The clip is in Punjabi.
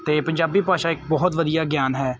ਅਤੇ ਪੰਜਾਬੀ ਭਾਸ਼ਾ ਇੱਕ ਬਹੁਤ ਵਧੀਆ ਗਿਆਨ ਹੈ